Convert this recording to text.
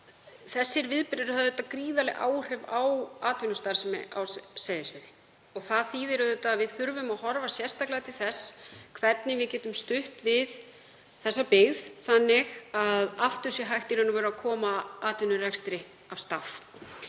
Þessir viðburðir höfðu gríðarleg áhrif á atvinnustarfsemi á Seyðisfirði og það þýðir að við þurfum að horfa sérstaklega til þess hvernig við getum stutt við þessa byggð þannig að aftur sé hægt að koma atvinnurekstri af stað.